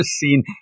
seen